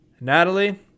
Natalie